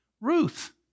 Ruth